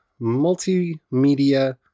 multimedia